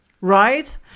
right